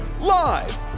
live